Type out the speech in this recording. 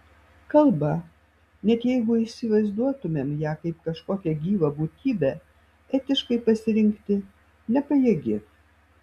kalba net jeigu įsivaizduotumėm ją kaip kažkokią gyvą būtybę etiškai pasirinkti nepajėgi